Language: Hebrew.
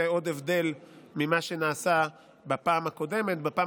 זה עוד הבדל ממה שנעשה בפעם הקודמת: בפעם